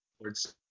words